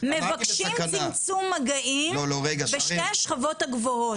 מבקשים צמצום מגעים בשתי השכבות הגבוהות.